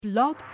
Blog